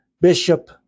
bishop